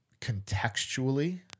contextually